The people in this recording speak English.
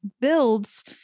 builds